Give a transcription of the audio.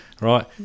Right